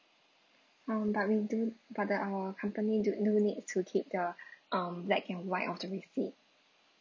um but we do but then our company do do need to keep the um black and white of the receipt